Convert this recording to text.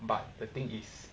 but the thing is